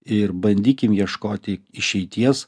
ir bandykim ieškoti išeities